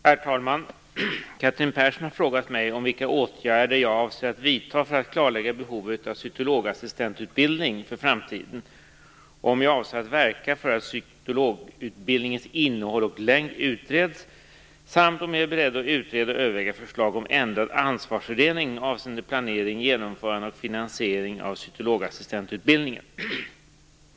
Herr talman! Catherine Persson har frågat mig om vilka åtgärder jag avser att vidta för att klarlägga behovet av cytologassistentutbildning för framtiden, om jag avser att verka för att cytologutbildningens innehåll och längd utreds samt om jag är beredd att utreda och överväga förslag om ändrad ansvarsfördelning avseende planering, genomförande och finansiering av cytologassistentutbildningen.